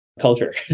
culture